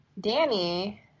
Danny